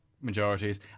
majorities